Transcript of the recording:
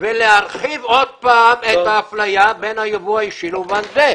ולהרחיב עוד פעם את האפליה בין היבוא האישי במובן זה,